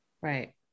right